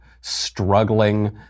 struggling